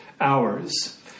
hours